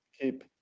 Keep